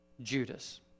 Judas